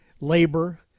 labor